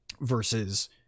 versus